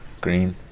green